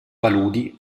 paludi